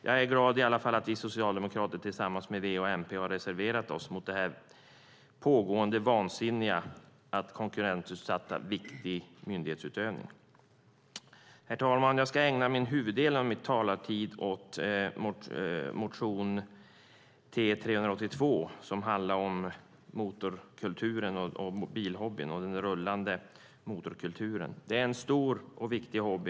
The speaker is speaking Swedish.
Jag är i alla fall glad över att vi socialdemokrater tillsammans med V och MP har reserverat oss mot det vansinniga som pågår, att man konkurrensutsätter viktig myndighetsutövning. Herr talman! Jag ska ägna huvuddelen av min talartid åt motion T382 som handlar om motorkulturen, bilhobbyn och den rullande motorkulturen. Det är en stor och viktig hobby.